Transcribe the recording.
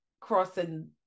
crossing